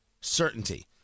certainty